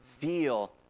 feel